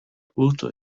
pluto